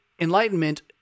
Enlightenment